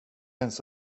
ens